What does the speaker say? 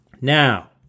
Now